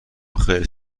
خیلی